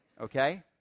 Okay